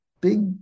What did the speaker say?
big